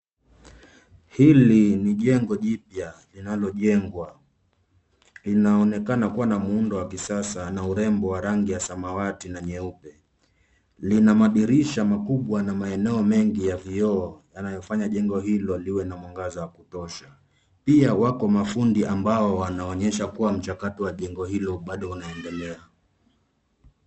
Hili ni jengo jipya linalojengwa, inaonekana kuwa na muundo wa kisasa na urembo wa rangi ya samawati na nyeupe. Lina madirisha makubwa na maeneo mengi ya vioo yanayofanya jengo hilo liwe na mwangaza wa kutosha. Pia wako mafundi ambao wanaoonyesha kuwa mchakato wa jengo hilo bado unaendelea.